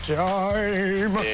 time